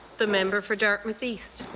the member for dartmouth east.